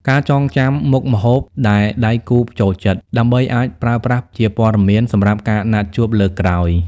ការចងចាំមុខម្ហូបដែលដៃគូចូលចិត្ត ដើម្បីអាចប្រើប្រាស់ជាព័ត៌មានសម្រាប់ការណាត់ជួបលើកក្រោយ។